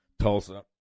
Tulsa